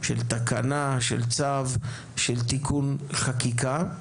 של תקנה; של צו; של תיקון חקיקה?